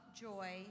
joy